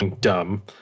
dumb